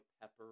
pepper